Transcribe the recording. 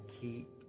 keep